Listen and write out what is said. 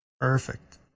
Perfect